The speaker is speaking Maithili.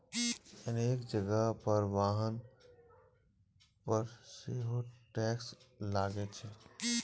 अनेक जगह पर वाहन पर सेहो टैक्स लागै छै